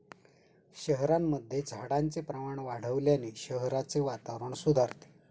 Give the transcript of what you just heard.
शहरांमध्ये झाडांचे प्रमाण वाढवल्याने शहराचे वातावरण सुधारते